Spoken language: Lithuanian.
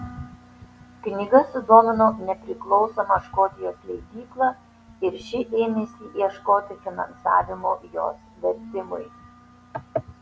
knyga sudomino nepriklausomą škotijos leidyklą ir ši ėmėsi ieškoti finansavimo jos vertimui